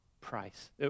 price